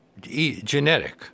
genetic